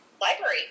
library